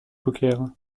poker